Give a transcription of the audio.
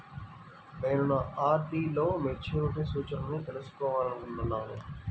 నేను నా ఆర్.డీ లో మెచ్యూరిటీ సూచనలను తెలుసుకోవాలనుకుంటున్నాను